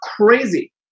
crazy